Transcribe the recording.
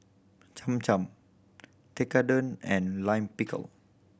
Cham Cham Tekkadon and Lime Pickle